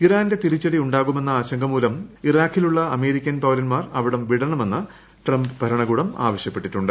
ഇറാന്റെ തിരിച്ചടി ഉണ്ടാകുമെന്ന ആശങ്കമൂലം ഇറാഖിലുള്ള അമേരിക്കൻ പൌരന്മാർ അവിടം വിടണമെന്ന് ട്രംപ് ഭരണകൂടം ആവശ്യപ്പെട്ടിട്ടുണ്ട്